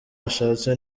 ashatse